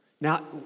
Now